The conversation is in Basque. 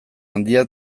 handia